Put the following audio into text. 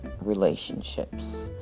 relationships